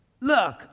Look